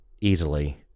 easily